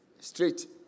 Straight